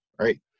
right